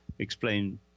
Explain